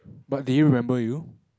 but did you remember you